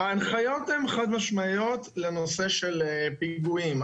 ההנחיות הן חד משמעויות לנושא של פיגועים.